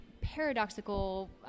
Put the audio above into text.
paradoxical